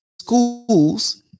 schools